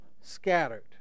scattered